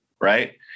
right